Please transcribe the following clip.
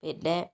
പിന്നെ